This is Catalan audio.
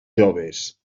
joves